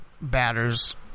batters